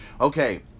Okay